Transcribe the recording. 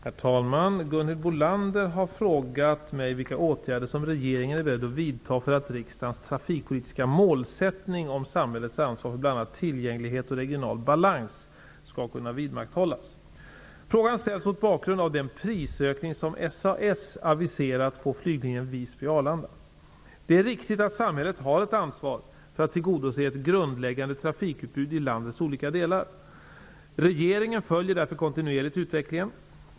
Herr talman! Gunhild Bolander har frågat mig vilka åtgärder som regeringen är beredd att vidta för att riksdagens trafikpolitiska målsättning om samhällets ansvar för bl.a. tillgänglighet och regional balans skall kunna vidmakthållas. Frågan ställs mot bakgrund av den prisökning som SAS Det är riktigt att samhället har ett ansvar för att tillgodose ett grundläggande trafikutbud i landets olika delar. Regeringen följer därför kontinuerligt utvecklingen.